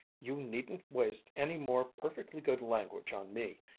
you needn't waste any more perfectly good language on me.